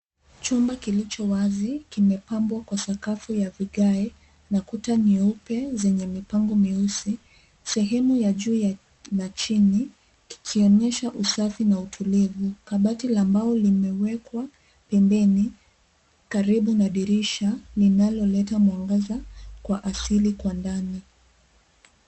Chumba kilicho wazi kimepambwa kwa sakafu ya vigae na kuta nyeupe zenye mipango nyeusi. Sehemu ya juu na chini ikionyesha usafi na utulivu. Kabati la mbao limewekwa pembeni karibu na dirisha linaloleta mwangaza wa asili kwa ndani.